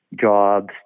jobs